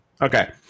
Okay